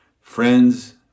friends